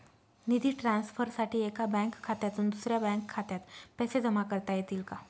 निधी ट्रान्सफरसाठी एका बँक खात्यातून दुसऱ्या बँक खात्यात पैसे जमा करता येतील का?